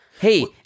hey